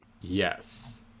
Yes